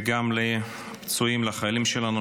וגם לפצועים מהחיילים שלנו,